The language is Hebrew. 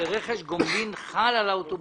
היא שרכש גומלין חל על האוטובוסים.